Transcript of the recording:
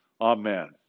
Amen